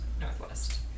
northwest